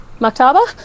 Maktaba